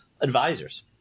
advisors